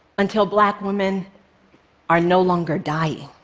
until black women are no longer dying,